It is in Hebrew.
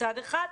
מצד אחד,